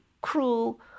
cruel